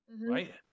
right